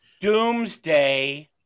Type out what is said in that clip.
Doomsday